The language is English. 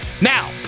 Now